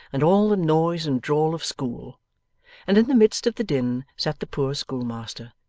and all the noise and drawl of school and in the midst of the din sat the poor schoolmaster,